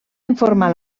informar